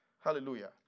Hallelujah